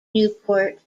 newport